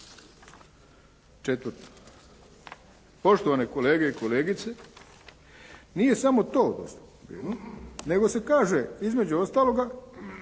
Četvrto, poštovane kolege i kolegice, nije samo to … nego se kaže između ostaloga,